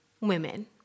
women